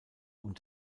und